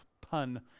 pun